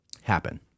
happen